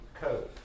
code